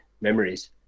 memories